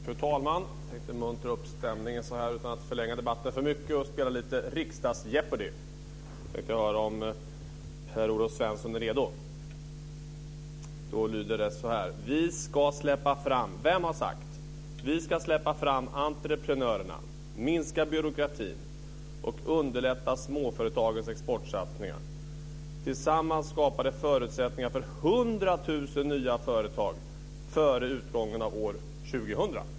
Fru talman! Jag tänkte muntra upp stämningen utan att förlänga debatten för mycket och spela lite Riksdagsjeopardy. Jag tänkte höra om Per-Olof Svensson är redo. Frågan lyder som följer. Vem har sagt: Vi ska släppa fram entreprenörerna, minska byråkratin och underlätta småföretagens exportsatsningar? Tillsammans skapar det förutsättningar för 100 000 nya företag före utgången av år 2000.